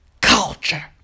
culture